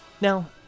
now